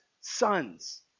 sons